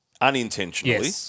unintentionally